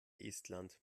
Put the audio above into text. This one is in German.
estland